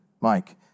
Mike